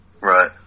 Right